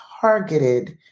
targeted